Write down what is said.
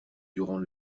durant